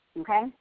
okay